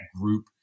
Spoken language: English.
group